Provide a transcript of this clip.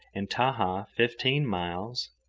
and tahaa fifteen miles,